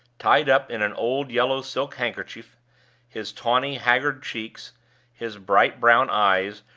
tied up in an old yellow silk handkerchief his tawny, haggard cheeks his bright brown eyes,